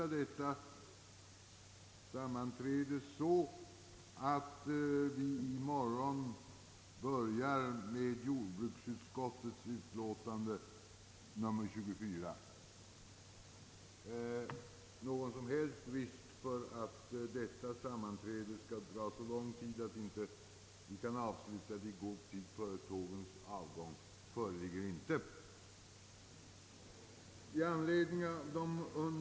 Dagens sammanträde kommer att avbrytas efter det att tredje lagutskottets utlåtande nr 42 har behandlats. Vid plenum i morgon kommer således att som första ärende behandlas jordbruksutskottets utlåtande nr 24.